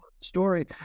story